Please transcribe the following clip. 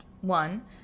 One